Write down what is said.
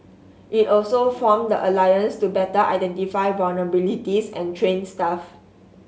it also formed the alliance to better identify vulnerabilities and train staff